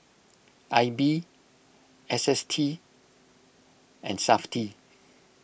I B S S T and SAFTI